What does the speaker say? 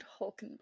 Hulkenberg